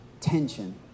tension